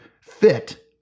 fit